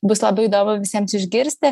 bus labai įdomu visiems išgirsti